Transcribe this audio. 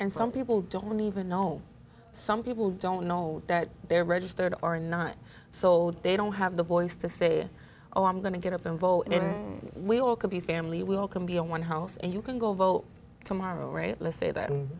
and some people don't even know some people don't know that they're registered or not so they don't have the voice to say oh i'm going to get up and vote and we all could be family we all can be on one house and you can go vote tomorrow right let's say that